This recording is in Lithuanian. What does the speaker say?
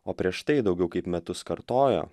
o prieš tai daugiau kaip metus kartojo